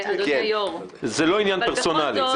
זה לא עניין פרסונלי.